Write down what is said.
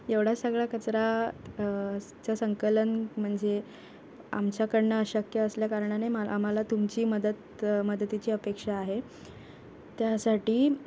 एवढा सगळा कचरा चा संकलन म्हणजे आमच्याकडून अशक्य असल्याकारणाने मा आम्हाला तुमची मदत मदतीची अपेक्षा आहे त्यासाठी